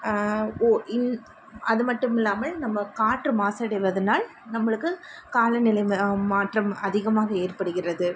ஓ இன் அது மட்டும் இல்லாமல் நம்ம காற்று மாசு அடைவதனால் நம்மளுக்கு காலநிலை மாற்றம் அதிகமாக ஏற்படுகிறது